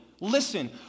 Listen